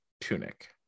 Tunic